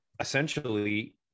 essentially